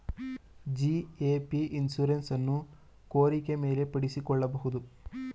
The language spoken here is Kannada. ಜಿ.ಎ.ಪಿ ಇನ್ಶುರೆನ್ಸ್ ಅನ್ನು ಕೋರಿಕೆ ಮೇಲೆ ಪಡಿಸಿಕೊಳ್ಳಬಹುದು